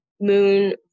Moon